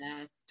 Yes